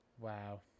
Wow